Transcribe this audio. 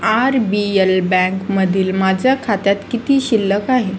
R B L बँकमधील माझ्या खात्यात किती शिल्लक आहे